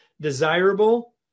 desirable